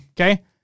Okay